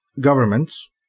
governments